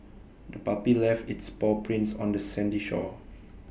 the puppy left its paw prints on the sandy shore